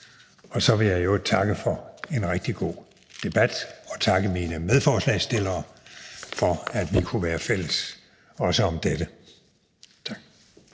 Jeg vil i øvrigt takke for en rigtig god debat og takke mine medforslagsstillere for, at vi kunne være fælles også om dette. Tak.